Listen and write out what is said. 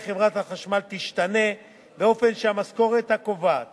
חברת החשמל תשתנה כך שהמשכורת הקובעת